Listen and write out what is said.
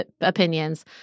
opinions